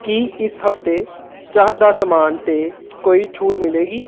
ਕੀ ਇਸ ਹਫ਼ਤੇ ਚਾਹ ਦਾ ਸਮਾਨ 'ਤੇ ਕੋਈ ਛੂਟ ਮਿਲੇਗੀ